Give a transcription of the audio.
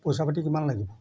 পইচা পাতি কিমান লাগিব